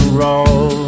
roll